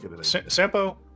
Sampo